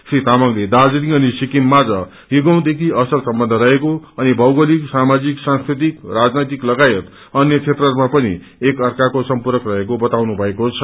श्री तामंगले दार्जीलिङ अनि सिकिम माझ युगैदेखि असल सम्बन्य रहेको अनि मैगोलिङ सामामाजिक सांस्कृतिक राजनैतिक लागायत अन्य क्षेत्रहरूमा पनि एका अर्काको सम्पूरक रहेको बताउनुभएको छ